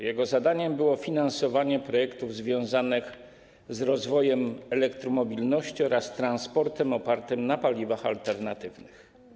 Jego zadaniem było finansowanie projektów związanych z rozwojem elektromobilności oraz transportem opartym na paliwach alternatywnych.